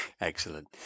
Excellent